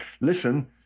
Listen